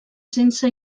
sense